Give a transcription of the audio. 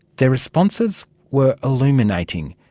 their responses were illuminating,